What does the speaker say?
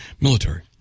military